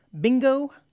Bingo